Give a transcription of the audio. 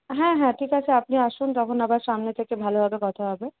হ্যাঁ হ্যাঁ ঠিক আছে আপনি আসুন তখন আবার সামনে থেকে ভালোভাবে কথা হবে